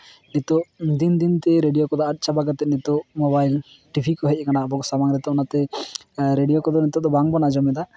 ᱱᱤᱛᱳᱜ ᱫᱤᱱ ᱫᱤᱱ ᱛᱮ ᱨᱮᱰᱤᱭᱳ ᱠᱚᱫᱚ ᱟᱫ ᱪᱟᱵᱟᱜ ᱠᱟᱛᱮ ᱱᱤᱛᱳᱜ ᱢᱳᱵᱟᱭᱤᱞ ᱴᱤᱵᱷᱤ ᱠᱚ ᱦᱮᱡ ᱠᱟᱱᱟ ᱟᱵᱚ ᱥᱟᱢᱟᱝ ᱨᱮ ᱱᱤᱛᱳᱜ ᱚᱱᱟ ᱛᱮ ᱨᱤᱰᱤᱭᱳ ᱠᱚᱫᱚ ᱱᱤᱛᱳᱜ ᱫᱚ ᱵᱟᱝ ᱵᱚᱱ ᱟᱸᱡᱚᱢᱫᱟ